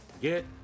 Get